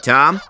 Tom